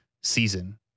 season